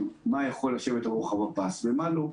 למה שיכול לשבת על רוחב הפס ומה שלא.